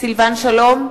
סילבן שלום,